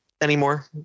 anymore